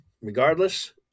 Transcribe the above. regardless